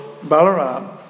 Balaram